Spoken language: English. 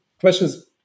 questions